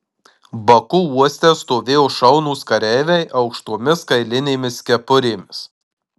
baku uoste stovėjo šaunūs kareiviai aukštomis kailinėmis kepurėmis